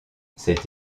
cette